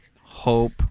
hope